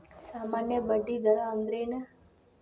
ಸಾಮಾನ್ಯ ಬಡ್ಡಿ ದರ ಅಂದ್ರೇನ?